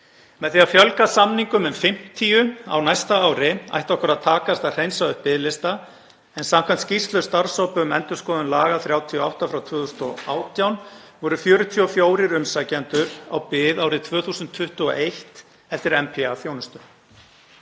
Með því að fjölga samningum um 50 á næsta ári ætti okkur að takast að hreinsa upp biðlista en samkvæmt skýrslu starfshóps um heildarendurskoðun laga 38/2018, voru 44 umsækjendur á bið árið 2021 eftir NPA-þjónustu.